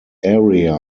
area